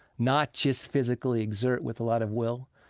not just physically exert with a lot of will.